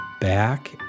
back